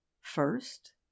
First